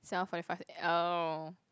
seven forty five oh